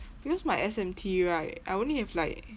because my S_M_T right I only have like